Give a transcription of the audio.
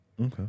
Okay